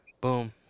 Boom